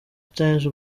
times